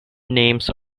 names